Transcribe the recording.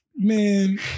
Man